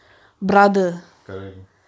correct